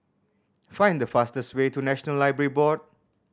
find the fastest way to National Library Board